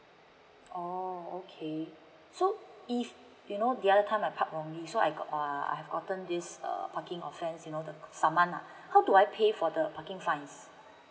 oh okay so if you know the other time I park on it so I got ah I've gotten this err parking offense you know the saman lah how do I pay for the parking fines